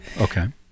Okay